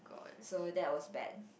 so that was bad